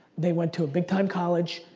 they went to a big time college.